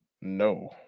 No